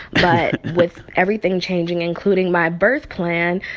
but with everything changing, including my birth plan,